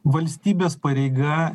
valstybės pareiga